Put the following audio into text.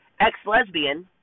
ex-lesbian